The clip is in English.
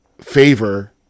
favor